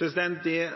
I